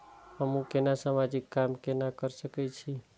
हमू केना समाजिक काम केना कर सके छी?